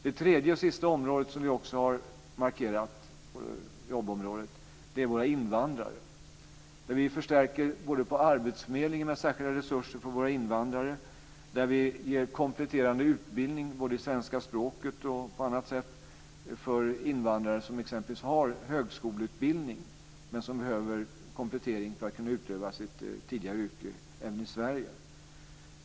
Det tredje och sista området som vi också har markerat på jobbområdet handlar om våra invandrare, där vi förstärker arbetsförmedlingarna med särskilda resurser för våra invandrare och ger kompletterande utbildning både i svenska språket och på annat sätt för invandrare som t.ex. har högskoleutbildning men som behöver komplettering för att kunna utöva sitt tidigare yrke även i Sverige.